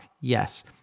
Yes